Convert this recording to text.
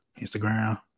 Instagram